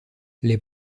les